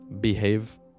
Behave